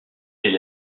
les